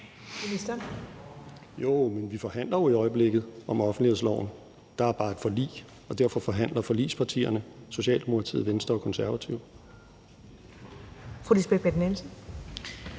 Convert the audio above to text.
vi forhandler jo i øjeblikket om offentlighedsloven – der er bare et forlig, og derfor forhandler forligspartierne, Socialdemokratiet, Venstre og Konservative.